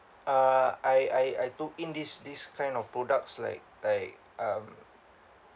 uh I I I took in these these kind of products like like um